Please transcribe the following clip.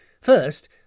First